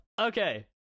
Okay